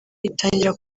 itangira